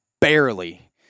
barely